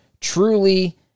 truly